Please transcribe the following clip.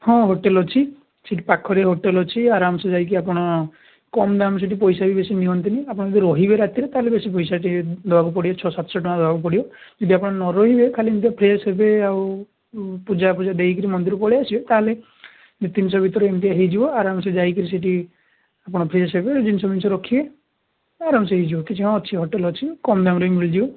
ହଁ ହୋଟେଲ୍ ଅଛି ସେଠି ପାଖରେ ହୋଟେଲ୍ ଅଛି ଆରାମସେ ଯାଇକି ଆପଣ କମ୍ ଦାମ୍ ସେଠି ପଇସା ବି ବେଶୀ ନିଅନ୍ତିନି ଆପଣ ଯଦି ରହିବେ ରାତିରେ ତାହେଲେ ବେଶୀ ପଇସା ଟିକିଏ ଦେବାକୁ ପଡ଼ିବ ଛଅ ସାତଶହ ଟଙ୍କା ଦବାକୁ ପଡ଼ିବ ଯଦି ଆପଣ ନ ରହିବେ ଖାଲି ଏମିତିକା ଫ୍ରେଶ୍ ହେବେ ଆଉ ପୂଜାଫୁଜା ଦେଇକିରି ମନ୍ଦିର ପଳେଇ ଆସିବେ ତାହେଲେ ଦି ତିନିଶହ ଭିତରେ ଏମିତିକା ହେଇଯିବ ଆରାମସେ ଯାଇକରି ସେଠି ଆପଣ ଫ୍ରେଶ୍ ହେବେ ଜିନିଷ ଫିନିସ୍ ରଖିବେ ଆରାମସେ ହେଇଯିବ କିଛି ହଁ ଅଛି ହୋଟେଲ୍ ଅଛି କମ୍ ଦାମ୍ ରେ ମିଳିଯିବ